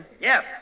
Yes